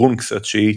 ברונקס – התשיעית,